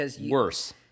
Worse